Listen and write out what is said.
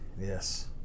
Yes